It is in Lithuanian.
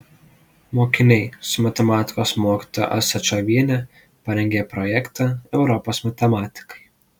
mokiniai su matematikos mokytoja asačioviene parengė projektą europos matematikai